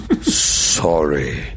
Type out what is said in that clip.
Sorry